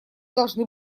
должны